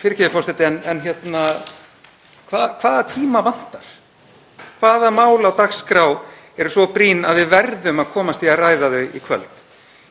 Fyrirgefðu, forseti, en hvaða tíma vantar? Hvaða mál á dagskrá eru svo brýn að við verðum að komast í að ræða þau í kvöld?